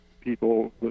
people